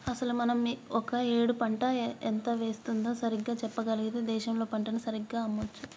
అసలు మనం ఒక ఏడు పంట ఎంత వేస్తుందో సరిగ్గా చెప్పగలిగితే దేశంలో పంటను సరిగ్గా అమ్మొచ్చు